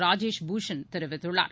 ராஜேஷ் பூஷண் தெரிவித்துள்ளார்